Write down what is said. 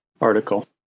article